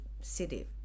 city